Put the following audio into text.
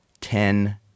Ten